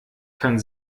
kann